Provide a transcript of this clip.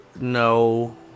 No